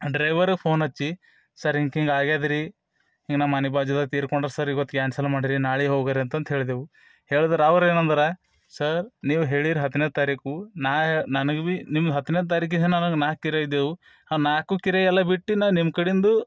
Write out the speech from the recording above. driver phone ಹಚ್ಚಿ sir ಹಿಂತ ಹಿಂಗೆ ಆಗ್ಯದ್ರಿ ಹಿಂಗೆ ನಮ್ಮ ಮನೆ ಬಾಜುದಾಗೆ ತೀರಿಕೊಂಡ್ರು ಸರ್ ಇವತ್ತು ಕ್ಯಾನ್ಸಲ್ ಮಾಡಿರಿ ನಾಳೆ ಹೋಗರಿ ಅಂತಂತ ಹೇಳಿದೆವು ಹೇಳದ್ರು ಅವ್ರು ಏನು ಅಂದರು ಸರ್ ನೀವು ಹೇಳಿರ ಹತ್ತನೇ ತಾರೀಕಿಗೆ ನಾನು ಹೇಳಿ ನನಗೆ ಭಿ ನಿಮ್ಮ ಹತ್ತನೇ ತಾರಿಕಿಗೆ ನನಗೆ ನಾಲ್ಕು ಕಿರಾಯ ಇದ್ದವು ಆ ನಾಲ್ಕೂ ಕಿರಾಯ ಎಲ್ಲ ಬಿಟ್ಟು ನಾ ನಿಮ್ಮ ಕಡೆಂದು